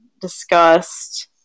discussed